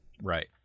Right